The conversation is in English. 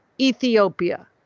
Ethiopia